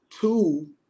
Two